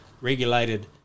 regulated